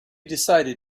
decided